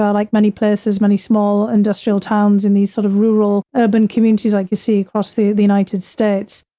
ah like many places, many small industrial towns in these sort of rural urban communities like you see across the the united states.